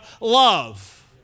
love